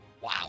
Wow